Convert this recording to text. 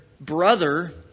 brother